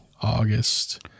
August